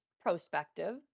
prospective